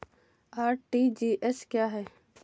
RTGS क्या है?